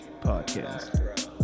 Podcast